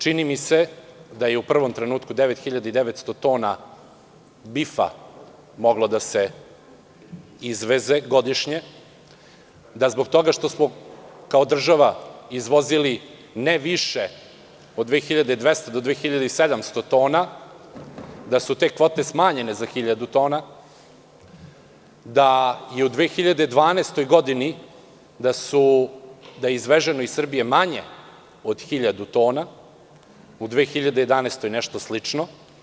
Čini mi se da je u prvom trenutku 9900 tona bifa moglo da se izveze godišnje ida zbog toga što smo kao država izvozili ne više od 2200 do 2700, da su te kvote smanjene za 1000 tona, da je u 2012. godini izvezeno iz Srbije manje od 1000 tona, u 2011. godini nešto slično.